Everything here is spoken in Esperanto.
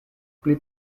pli